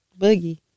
Boogie